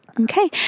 Okay